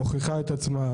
מוכיחה את עצמה,